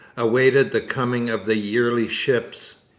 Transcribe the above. awaited the coming of the yearly ships.